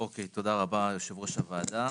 אוקי, תודה רבה יושב-ראש הוועדה.